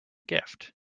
gift